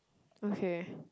okay